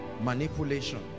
manipulation